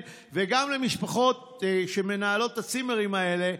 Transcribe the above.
וגם לתמוך מבחינה כלכלית במשפחות שמנהלות את הצימרים האלה.